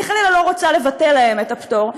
אני לא רוצה חלילה לבטל להם את הפטור,